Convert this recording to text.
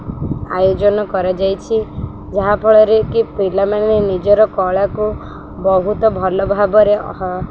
ଆୟୋଜନ କରାଯାଇଛି ଯାହାଫଳରେ କି ପିଲାମାନେ ନିଜର କଳାକୁ ବହୁତ ଭଲ ଭାବରେ